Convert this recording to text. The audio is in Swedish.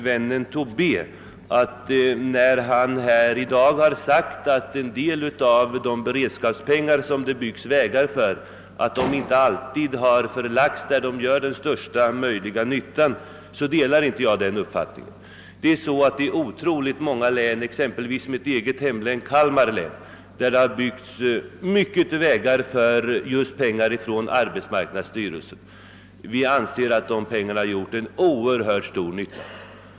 Vännen Tobé har i dag sagt att en del av de beredskapspengar som används för vägbyggen inte har lagts ned där de gör största möjliga nytta. Jag delar inte den uppfattningen. I många län, exempelvis i mitt eget hemlän, Kalmar län, har det byggts mycket vägar för pengar från arbetsmarknadsstyrelsen, och vi anser att de pengarna har gjort oerhört stor nytta.